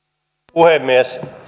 puhemies